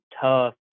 tough